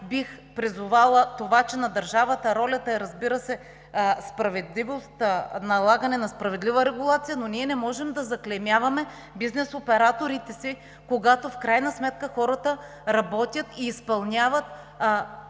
бих призовала това, че ролята на държавата е, разбира се, за справедливост и налагане на справедлива регулация, но ние не можем да заклеймяваме бизнес операторите си, когато в крайна сметка хората работят и изпълняват